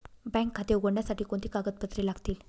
Bank खाते उघडण्यासाठी कोणती कागदपत्रे लागतील?